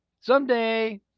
Someday